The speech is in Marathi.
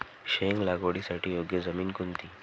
शेंग लागवडीसाठी योग्य जमीन कोणती?